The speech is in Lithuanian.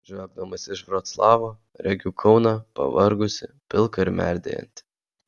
žvelgdamas iš vroclavo regiu kauną pavargusį pilką ir merdėjantį